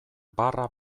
barra